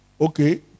Okay